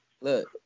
Look